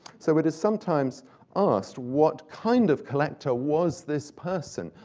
so it is sometimes asked, what kind of collector was this person?